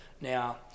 Now